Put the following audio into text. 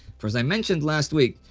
for as i mentioned last week,